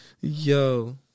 Yo